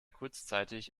kurzzeitig